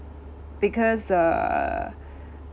because uh